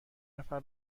نفر